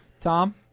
Tom